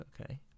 okay